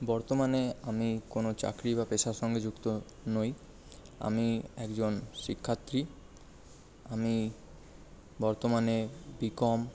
বর্তমানে আমি কোনো চাকরি বা পেশার সঙ্গে যুক্ত নই আমি একজন শিক্ষার্থী আমি বর্তমানে বিকম